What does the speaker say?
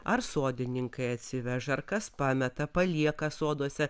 ar sodininkai atsiveža ar kas pameta palieka soduose